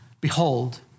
behold